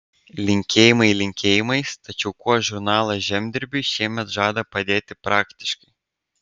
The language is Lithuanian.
linkėjimai linkėjimais tačiau kuo žurnalas žemdirbiui šiemet žada padėti praktiškai